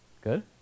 Good